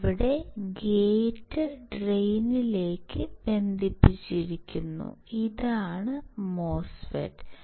ഇവിടെ ഗേറ്റ് ഡ്രെയിനിലേക്ക് ബന്ധിപ്പിച്ചിരിക്കുന്നു ഇതാണ് മോസ്ഫെറ്റ്